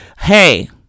hey